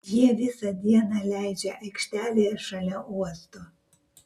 jie visą dieną leidžia aikštelėje šalie uosto